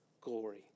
glory